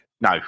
No